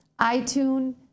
iTunes